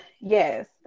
Yes